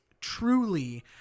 truly